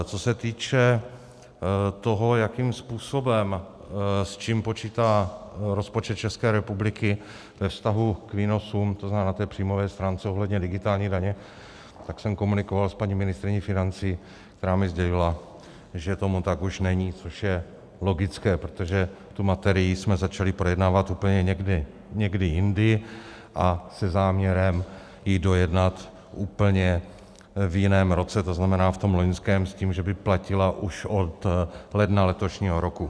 Co se týče toho, jakým způsobem s čím počítá rozpočet České republiky ve vztahu k výnosům, to znamená na příjmové stránce ohledně digitální daně, jsem komunikoval s paní ministryní financí, která mi sdělila, že tomu tak už není, což je logické, protože tu materii jsme začali projednávat úplně někdy jindy a se záměrem ji dojednat úplně v jiném roce, to znamená v tom loňském s tím, že by platila už ledna letošního roku.